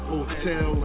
Hotel